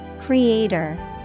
Creator